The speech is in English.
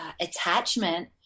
attachment